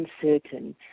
uncertain